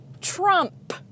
Trump